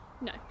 No